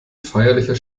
feierlicher